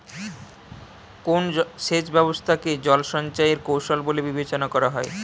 কোন সেচ ব্যবস্থা কে জল সঞ্চয় এর কৌশল বলে বিবেচনা করা হয়?